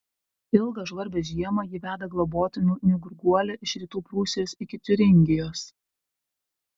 ilgą žvarbią žiemą ji veda globotinių gurguolę iš rytų prūsijos iki tiuringijos